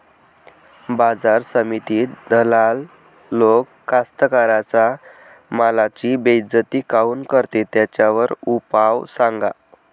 बाजार समितीत दलाल लोक कास्ताकाराच्या मालाची बेइज्जती काऊन करते? त्याच्यावर उपाव सांगा